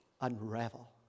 unravel